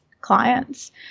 clients